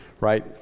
right